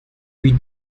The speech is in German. wie